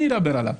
אני אדבר עליו.